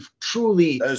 truly